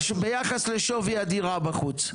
ביחד לשווי הדירה בחוץ..